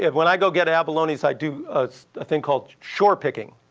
and when i go get abalones, i do a thing called shore picking,